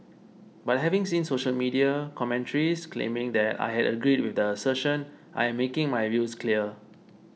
but having seen social media commentaries claiming that I had agreed with the assertion I am making my views clear